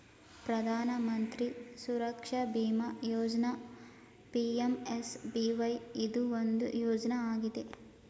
ಪ್ರಧಾನ ಮಂತ್ರಿ ಸುರಕ್ಷಾ ಬಿಮಾ ಯೋಜ್ನ ಪಿ.ಎಂ.ಎಸ್.ಬಿ.ವೈ ಇದು ಒಂದು ಯೋಜ್ನ ಆಗಿದೆ